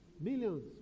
Millions